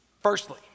firstly